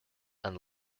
and